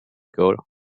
goal